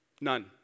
None